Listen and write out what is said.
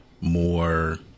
more